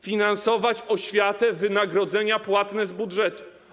Finansować oświatę: wynagrodzenia płatne z budżetu.